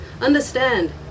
Understand